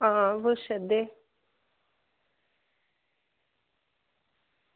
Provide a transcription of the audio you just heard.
आं पुच्छा दे हे